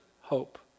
hope